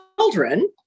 children